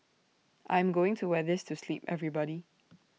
I am going to wear this to sleep everybody